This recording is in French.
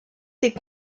des